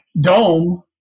dome